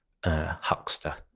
huckster.